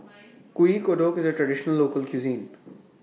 Kuih Kodok IS A Traditional Local Cuisine